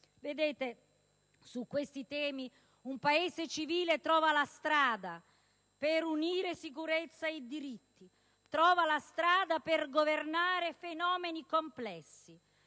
direzione. Su questi temi un Paese civile trova la strada per unire sicurezza e diritti; trova la strada per governare fenomeni complessi.